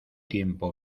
tiempo